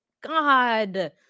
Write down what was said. God